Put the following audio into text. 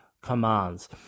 commands